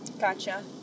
Gotcha